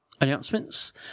announcements